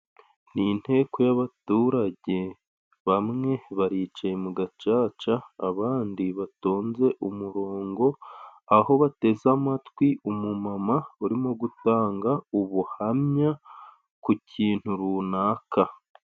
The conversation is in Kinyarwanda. Ni inteko y'abaturage: bamwe baricaye mu gacaca, abandi batonze umurongo aho bateze amatwi umumama urimo gutanga ubuhamya ku kintu runaka.